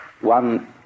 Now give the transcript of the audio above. one